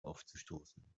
aufzustoßen